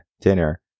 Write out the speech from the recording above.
dinner